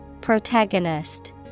Protagonist